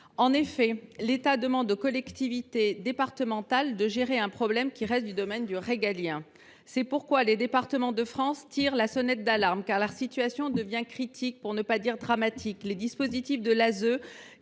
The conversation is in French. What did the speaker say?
en réalité aux collectivités départementales de gérer un problème qui relève du domaine régalien. L’association Départements de France tire donc la sonnette d’alarme, car la situation devient critique, pour ne pas dire dramatique. Les dispositifs de l’ASE,